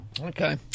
Okay